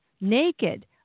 naked